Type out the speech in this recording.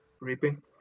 Reaping